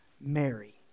Mary